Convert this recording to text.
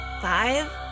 Five